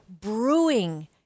brewing